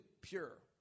pure